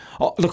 Look